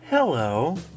Hello